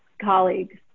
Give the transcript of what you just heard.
colleagues